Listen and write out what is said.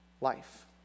life